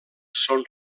són